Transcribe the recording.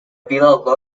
villa